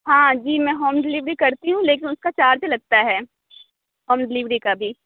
ہاں جی میں ہوم ڈیلیوری کرتی ہوں لیکن اس کا چارج لگتا ہے ہوم ڈیلیوری کا بھی